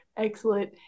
Excellent